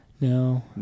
No